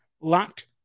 locked